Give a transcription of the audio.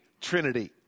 trinity